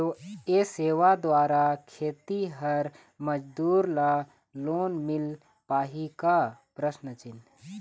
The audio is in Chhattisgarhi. ये सेवा द्वारा खेतीहर मजदूर ला लोन मिल पाही का?